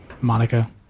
Monica